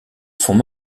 fonds